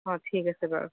অঁ ঠিক আছে বাৰু